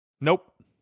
Nope